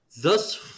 Thus